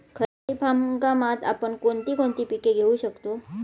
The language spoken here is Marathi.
खरीप हंगामात आपण कोणती कोणती पीक घेऊ शकतो?